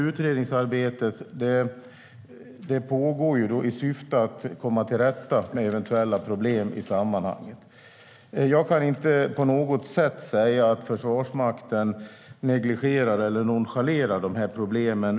Utredningsarbetet pågår i syfte att komma till rätta med eventuella problem i sammanhanget. Jag kan inte på något sätt säga att Försvarsmakten negligerar eller nonchalerar de här problemen.